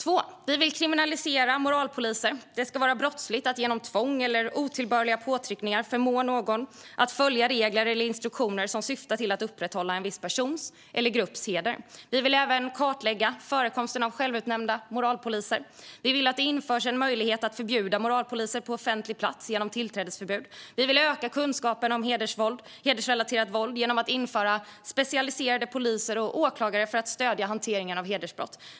Vi vill kriminalisera moralpoliser. Det ska vara brottsligt att genom tvång eller otillbörliga påtryckningar förmå någon att följa regler eller instruktioner som syftar till att upprätthålla en viss persons eller grupps heder. Vi vill även kartlägga förekomsten av självutnämnda moralpoliser. Vi vill att det införs en möjlighet att förbjuda moralpoliser på offentlig plats genom tillträdesförbud. Vi vill öka kunskapen om hedersrelaterat våld genom att införa specialiserade poliser och åklagare för att stödja hanteringen av hedersbrott.